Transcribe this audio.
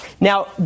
Now